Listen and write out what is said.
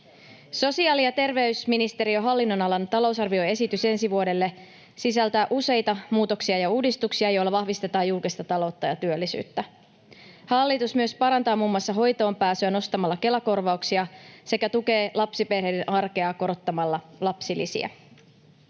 Sosiaali- ja terveysministeriön hallinnonalan talousarvioesitys ensi vuodelle sisältää useita muutoksia ja uudistuksia, joilla vahvistetaan julkista taloutta ja työllisyyttä. Hallitus myös parantaa muun muassa hoitoonpääsyä nostamalla Kela-korvauksia sekä tukee lapsiperheiden arkea korottamalla lapsilisiä.